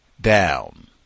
down